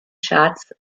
charts